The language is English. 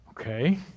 Okay